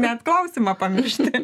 net klausimą pamiršti